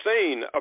seen